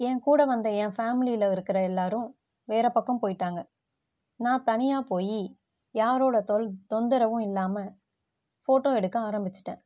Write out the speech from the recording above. என் கூட வந்த என் ஃபேமிலியில் இருக்கிற எல்லோரும் வேறு பக்கம் போயிட்டாங்க நான் தனியாகப் போய் யாரோடய தொள் தொந்தரவும் இல்லாமல் ஃபோட்டோ எடுக்க ஆரம்மித்திட்டேன்